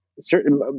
certain